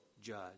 judge